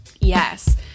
yes